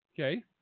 Okay